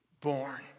born